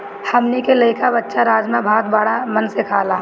हमनी के लइका बच्चा राजमा भात बाड़ा मन से खाला